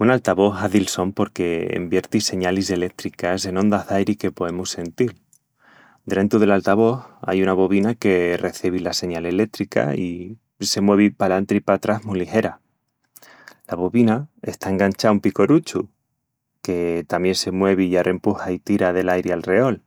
Un altavós hazi'l son porque envierti señalis elétricas en ondas d'airi que poemus sentil. Drentu del altavós, ai una bobina que recebi la señal elétrica i se muevi palantri i patrás mu ligera. La bobina está enganchá a un picoruchu, que tamién se muevi i arrempuxa i tira del airi alreol,